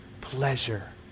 pleasure